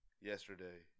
yesterday